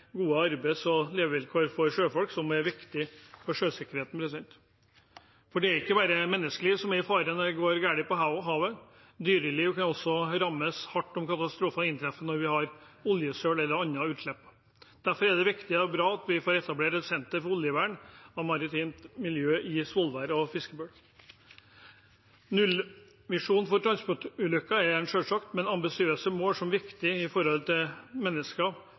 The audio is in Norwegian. gode arbeids- og levevilkår for sjøfolk som viktig for sjøsikkerheten. For det er ikke bare menneskeliv som er i fare når det går galt på havet. Dyreliv kan også rammes hardt om katastrofen inntreffer, når vi har oljesøl eller annet utslipp. Derfor er det viktig og bra at vi får etablert et senter for oljevern og maritimt miljø i Svolvær og på Fiskebøl. Nullvisjonen for transportulykker er et selvsagt, men ambisiøst mål og viktig